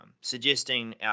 suggesting